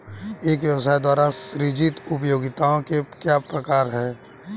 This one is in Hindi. एक व्यवसाय द्वारा सृजित उपयोगिताओं के प्रकार क्या हैं?